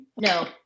No